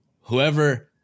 whoever